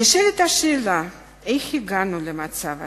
נשאלת השאלה איך הגענו למצב הזה.